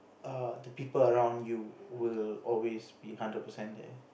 err the people around you will always be hundred percent there